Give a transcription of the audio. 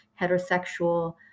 heterosexual